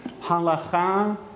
Halacha